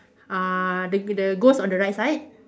uh the the ghost on the right side